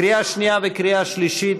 לקריאה שנייה וקריאה שלישית.